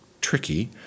tricky